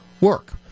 work